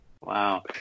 Wow